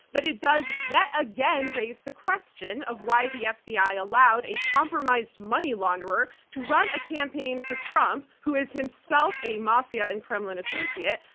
but it does yet again raise the question of why the fbi allowed a compromised money launderer to run a campaign for trump, who is himself a mafia and kremlin associate,